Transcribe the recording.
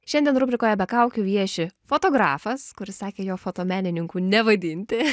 šiandien rubrikoje be kaukių vieši fotografas kuris sakė jo fotomenininku nevaidinti